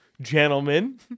gentlemen